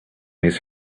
his